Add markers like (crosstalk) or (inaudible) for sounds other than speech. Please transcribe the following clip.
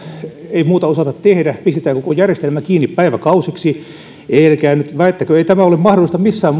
ei muuta osata tehdä pistetään koko järjestelmä kiinni päiväkausiksi älkää nyt väittäkö ei tämä ole mahdollista missään (unintelligible)